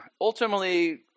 ultimately